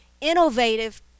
innovative